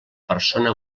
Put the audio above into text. persona